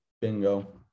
bingo